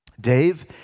Dave